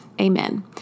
Amen